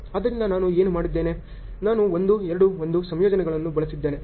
ಆದ್ದರಿಂದ ನಾನು ಏನು ಮಾಡಿದ್ದೇನೆ ನಾನು 1 2 1 ಸಂಯೋಜನೆಗಳನ್ನು ಬಳಸಿದ್ದೇನೆ